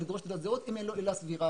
לדרוש תעודת זהות אם אין לו עילה סבירה.